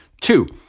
Two